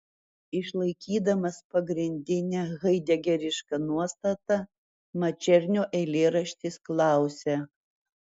išlaikydamas pagrindinę haidegerišką nuostatą mačernio eilėraštis klausia